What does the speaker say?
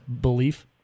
belief